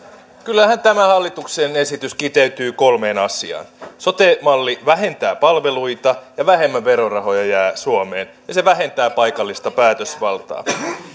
kyllähän tämä hallituksen esitys kiteytyy kolmeen asiaan sote malli vähentää palveluita suomeen jää vähemmän verorahoja ja se vähentää paikallista päätösvaltaa